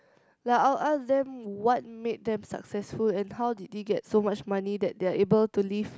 like I'll ask them what made them successful and how did they get so much money that they are able to live